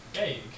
Hey